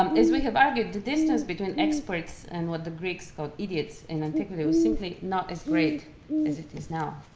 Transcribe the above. um we have argued, the distance between experts and what the greeks called idiots in antiquity are simply not as great as it is now.